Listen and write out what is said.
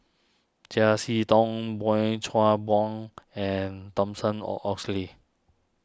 Chiam See Tong Boey Chuan Poh and Thomson or Oxley